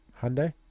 Hyundai